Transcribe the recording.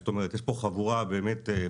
זאת אומרת יש פה חבורה מאוד מרשימה.